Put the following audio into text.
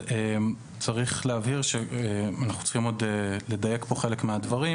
צריך להבהיר שאנחנו צריכים עוד לדייק פה חלק מהדברים,